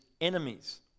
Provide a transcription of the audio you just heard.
enemies